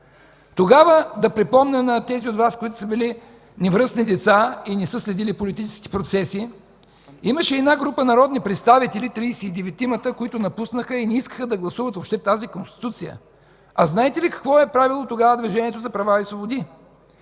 ляво.) Да припомня на тези от Вас, които са били невръстни деца и не са следили политическите процеси, че имаше една група народни представители – 39-мата, които напуснаха и не искаха да гласуват въобще тази Конституция. А знаете ли какво е правило тогава Движението за права и свободи?